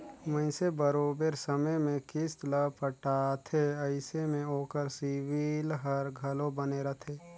मइनसे बरोबेर समे में किस्त ल पटाथे अइसे में ओकर सिविल हर घलो बने रहथे